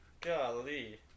Golly